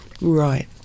Right